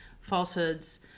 falsehoods